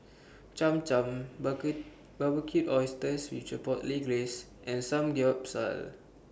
Cham Cham Barbecued Oysters with Chipotle Glaze and Samgeyopsal